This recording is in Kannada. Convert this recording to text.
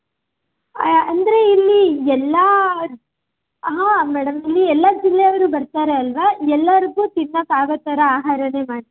ಅಂದರೆ ಇಲ್ಲಿ ಎಲ್ಲ ಹಾಂ ಮೇಡಮ್ ಇಲ್ಲಿ ಎಲ್ಲ ಜಿಲ್ಲೆಯವರು ಬರ್ತಾರೆ ಅಲ್ವಾ ಎಲ್ಲರಿಗೂ ತಿನ್ನಕ್ಕಾಗೋ ಥರ ಆಹಾರಾನೇ ಮಾಡ್ತೀವಿ